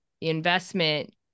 investment